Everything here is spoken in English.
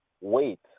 Wait